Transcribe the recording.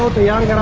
biryani